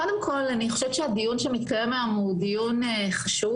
קודם כול, הדיון שמתקיים היום הוא דיון חשוב.